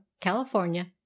California